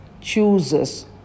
chooses